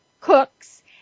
Cooks